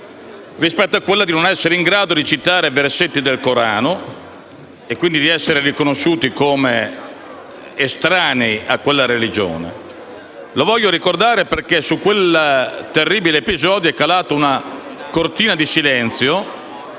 altro che non essere stati in grado di recitare versetti del Corano, e quindi di essere riconosciuti come estranei a quella religione. Lo voglio ricordare perché su quel terribile episodio è calata una cortina di silenzio